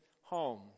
home